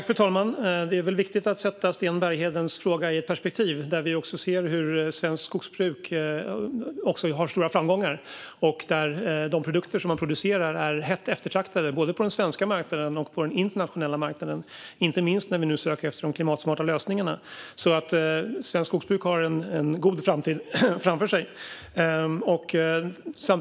Fru talman! Det är viktigt att sätta Sten Berghedens fråga i ett perspektiv där vi också ser att svenskt skogsbruk har stora framgångar och att de produkter som man producerar är hett eftertraktade både på den svenska marknaden och på den internationella marknaden, inte minst när vi nu söker klimatsmarta lösningar. Svenskt skogsbruk har en god framtid.